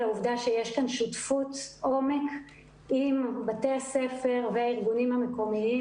העובדה שיש כאן שותפות עומק עם בתי הספר והארגונים המקומיים.